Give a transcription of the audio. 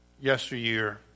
yesteryear